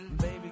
Baby